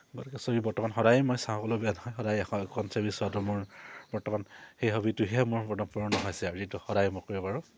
বৰ্তমান সদায়ে মই চাওঁ ক'লেও বেয়া নহয় সদায় এখন এখন ছবি চোৱাতো মোৰ বৰ্তমান সেই হবীটোহে মোৰ পূৰণ হৈছে যিটো সদায় মই কৰিব পাৰো